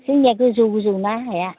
जोंनिया गोजौ गोजौना हाया